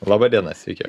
laba diena sveiki